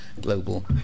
global